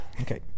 Okay